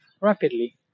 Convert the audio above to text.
rapidly